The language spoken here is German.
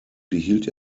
behielt